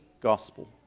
gospel